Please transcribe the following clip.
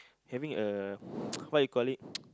having a what you call it